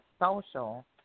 social